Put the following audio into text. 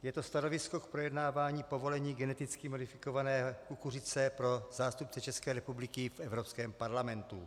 Je to stanovisko k projednávání povolení geneticky modifikované kukuřice pro zástupce České republiky v Evropském parlamentu.